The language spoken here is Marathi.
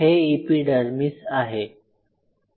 हे इपीडर्मीस आहे